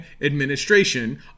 administration